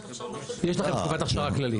יש לכם תקופת אכשרה כללית.